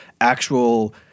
actual